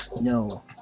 No